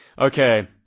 Okay